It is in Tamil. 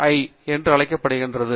ஐ எண் என்று அழைக்கப்படுகிறது